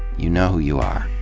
you know who you are.